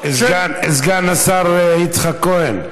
סגן השר יצחק כהן,